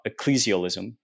ecclesialism